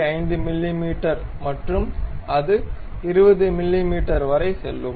5 மிமீ மற்றும் அது 20 மிமீ வரை செல்லும்